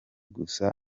gusa